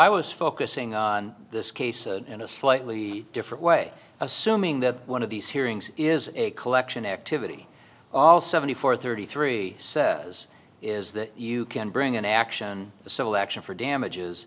i was focusing on this case in a slightly different way assuming that one of these hearings is a collection activity all seventy four thirty three says is that you can bring an action a civil action for damages